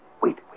wait